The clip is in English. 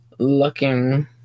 looking